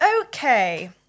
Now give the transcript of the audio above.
okay